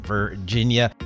Virginia